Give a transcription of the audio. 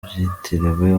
byitiriwe